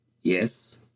Yes